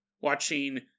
Watching